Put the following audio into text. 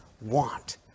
want